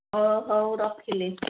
ହଁ ହଉ ରଖିଲି